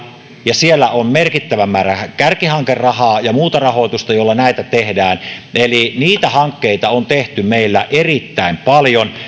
ja siellä on merkittävä määrä kärkihankerahaa ja muuta rahoitusta jolla näitä tehdään eli niitä hankkeita on tehty meillä erittäin paljon